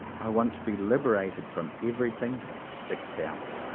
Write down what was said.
i want to be liberated from everything that sticks out,